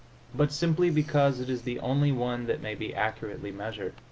but simply because it is the only one that may be accurately measured.